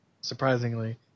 surprisingly